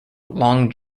long